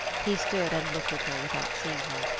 he stood and looked at her without seeing her.